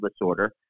disorder